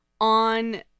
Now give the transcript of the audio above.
on